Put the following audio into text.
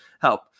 help